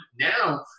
Now